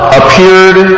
appeared